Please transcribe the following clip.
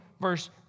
verse